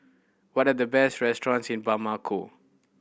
what are the best restaurants in Bamako